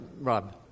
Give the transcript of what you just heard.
Rob